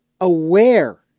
aware